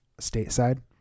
stateside